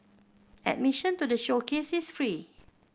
admission to the showcase is free